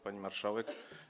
Pani Marszałek!